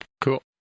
Cool